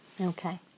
Okay